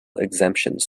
exemptions